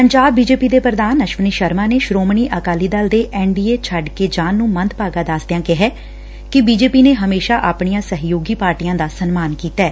Punjab BJP ਦੇ ਪ੍ਰਧਾਨ ਅਸ਼ਵਨੀ ਸ਼ਰਮਾ ਨੇ ਸ੍ਰੋਮਣੀ ਅਕਾਲੀ ਦਲ ਦੇ ਐਨ ਡੀ ਏ ਛੱਡ ਕੇ ਜਾਣ ਨੂੰ ਮੰਦਭਾਗਾ ਦਸਦਿਆਂ ਕਿਹੈ ਕਿ ਬੀਜੇਪੀ ਨੇ ਹਮੇਸਾਂ ਆਪਣੀਆਂ ਸਹਿਯੋਗੀ ਪਾਰਟੀਆਂ ਦਾ ਸਨਮਾਨ ਕੀਤੈ